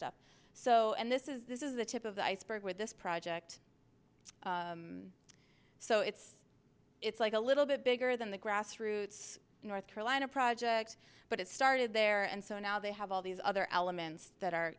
stuff so and this is this is the tip of the iceberg with this project so it's it's like a little bit bigger than the grassroots north carolina project but it started there and so now they have all these other elements that are